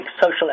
social